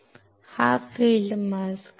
हा dark field mask आहे